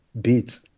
beats